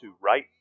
right